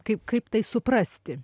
kaip kaip tai suprasti